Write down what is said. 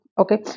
Okay